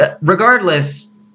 Regardless